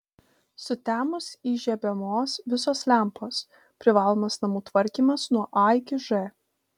sutemus įžiebiamos visos lempos privalomas namų tvarkymas nuo a iki ž